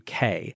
UK